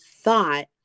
thought